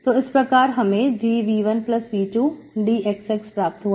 तो इस प्रकार हमेंdV1V2dxx प्राप्त हुआ